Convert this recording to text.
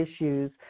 issues